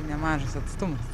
nemažas atstumas